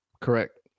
Correct